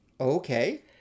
Okay